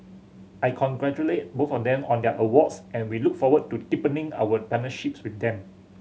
I congratulate both of them on their awards and we look forward to deepening our partnerships with them